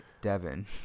Devin